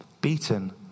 Beaten